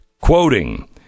Quoting